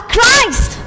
Christ